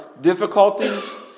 difficulties